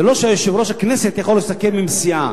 זה לא שיושב-ראש הכנסת יכול לסכם עם סיעה.